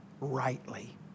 rightly